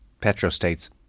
petro-states